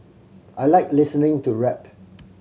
I like listening to rap